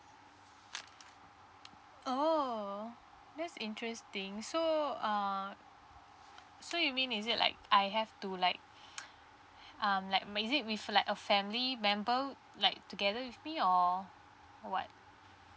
oh that's interesting so um so you mean is it like I have to like um like ma~ is it with like a family member like together with me or what